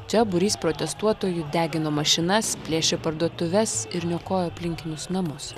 čia būrys protestuotojų degino mašinas plėšė parduotuves ir niokojo aplinkinius namus